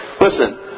Listen